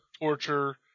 torture